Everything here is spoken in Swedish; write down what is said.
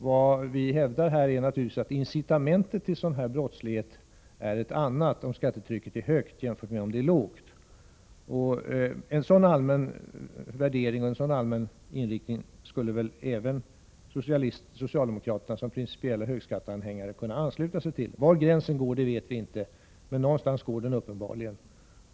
Vad vi hävdar är att man naturligtvis får andra incitament till ekonomisk brottslighet när skattetrycket är högt jämfört med när skattetrycket är lågt. En sådan allmän värdering och inriktning skulle väl även socialdemokraterna som principiella högskatteanhängare kunna ansluta sig till. Var gränsen går vet vi inte, men någonstans går den uppenbarligen.